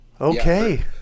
Okay